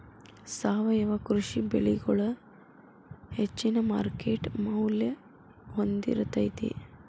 ಸಾವಯವ ಕೃಷಿ ಬೆಳಿಗೊಳ ಹೆಚ್ಚಿನ ಮಾರ್ಕೇಟ್ ಮೌಲ್ಯ ಹೊಂದಿರತೈತಿ